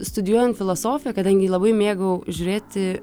studijuojant filosofiją kadangi labai mėgau žiūrėti